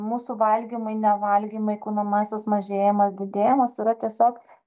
mūsų valgymai nevalgymai kūno masės mažėjimas didėjimas yra tiesiog